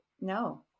No